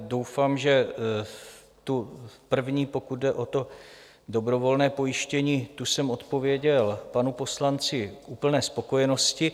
Doufám, že tu první, pokud jde o dobrovolné pojištění, jsem odpověděl panu poslanci k úplné spokojenosti.